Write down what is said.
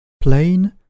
plain